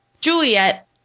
Juliet